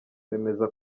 bemeza